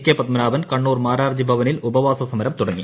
K Padmanabhan Kannur Mararji ഭവനിൽ ഉപവാസ സമരം തുടങ്ങി